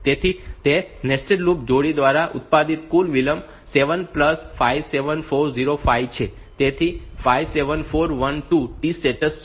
તેથી તે nested loop જોડી દ્વારા ઉત્પાદિત કુલ વિલંબ 7 57405 છે તેથી 57412 T સ્ટેટ્સ છે